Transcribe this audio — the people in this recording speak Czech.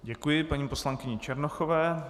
Děkuji paní poslankyni Černochové.